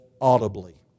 audibly